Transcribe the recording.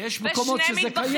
יש מקומות שזה קיים.